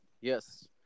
Yes